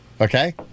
Okay